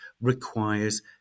requires